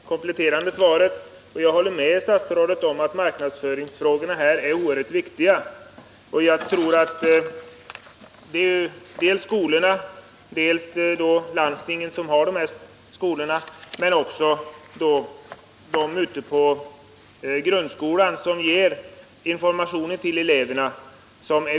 Herr talman! Jag ber att få tacka statsrådet för det kompletterande svaret. Jag håller med statsrådet om att marknadsföringsfrågorna här är oerhört väsentliga. De parter som är viktiga i det här sammanhanget är dels skolorna själva, dels landstingen som har dessa skolor, dels också de ute på grundskolan som ger informationer till eleverna.